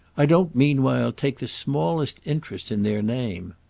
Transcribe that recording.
i don't meanwhile take the smallest interest in their name.